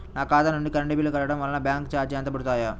నా ఖాతా నుండి కరెంట్ బిల్ కట్టడం వలన బ్యాంకు చార్జెస్ ఎంత పడతాయా?